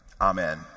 amen